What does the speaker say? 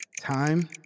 Time